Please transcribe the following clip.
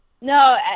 No